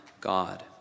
God